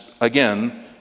again